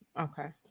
Okay